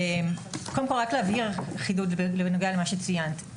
רק להבהיר, חידוד בנוגע למה שציינת.